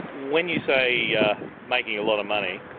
when you say yeah making a lot of money,